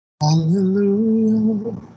Hallelujah